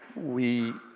we,